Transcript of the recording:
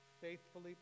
faithfully